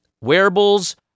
Wearables